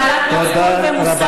בעלת מצפון ומוסר,